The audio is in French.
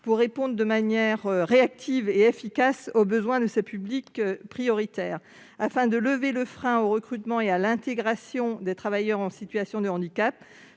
pour répondre de manière réactive et efficace aux besoins de ces publics prioritaires. Afin de lever le frein au recrutement et à l'intégration des travailleurs en situation de handicap,